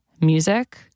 music